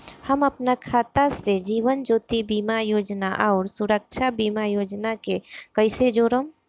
हम अपना खाता से जीवन ज्योति बीमा योजना आउर सुरक्षा बीमा योजना के कैसे जोड़म?